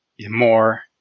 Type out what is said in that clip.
more